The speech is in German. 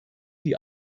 die